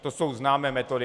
To jsou známé metody.